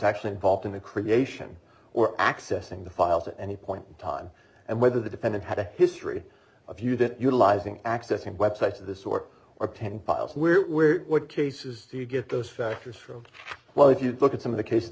actually involved in the creation or accessing the files at any point in time and whether the defendant had a history of you did utilizing accessing websites of this sort or pen pals we're what cases do you get those factors from well if you look at some of the case